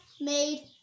made